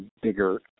bigger